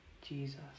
Jesus